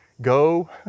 Go